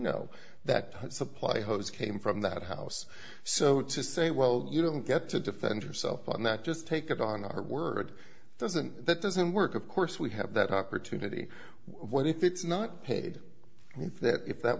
know that the supply hose came from that house so to say well you don't get to defend yourself on that just take it on our word doesn't that doesn't work of course we have that opportunity what if it's not paid and if that